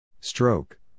Stroke